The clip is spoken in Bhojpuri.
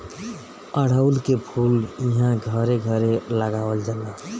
अढ़उल के फूल इहां घरे घरे लगावल जाला